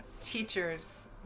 teacher's